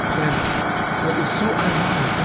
and what is so ironic, and